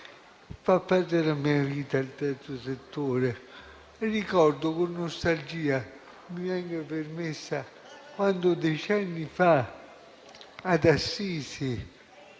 Fa parte della mia vita il Terzo settore. Ricordo con nostalgia - mi venga permessa - quando, decenni fa, ad Assisi,